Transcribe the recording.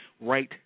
right